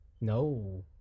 No